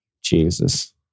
Jesus